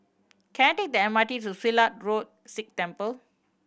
can I take the M R T to Silat Road Sikh Temple